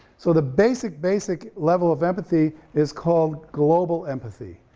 so the basic, basic level of empathy is called global empathy,